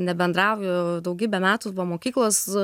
nebendrauju daugybę metų po mokyklos